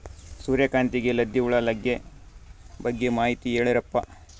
ಸೂರ್ಯಕಾಂತಿಗೆ ಲದ್ದಿ ಹುಳ ಲಗ್ಗೆ ಬಗ್ಗೆ ಮಾಹಿತಿ ಹೇಳರಪ್ಪ?